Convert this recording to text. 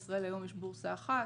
היום בישראל יש בורסה אחת,